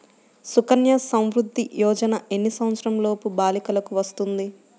సుకన్య సంవృధ్ది యోజన ఎన్ని సంవత్సరంలోపు బాలికలకు వస్తుంది?